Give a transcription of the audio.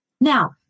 Now